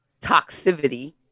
toxicity